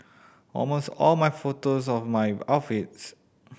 almost all my photos of my outfits